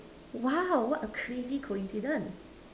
!wow! what a crazy coincidence